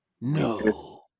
No